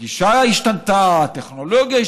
הגישה השתנתה, הטכנולוגיה השתנתה,